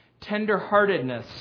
tenderheartedness